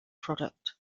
product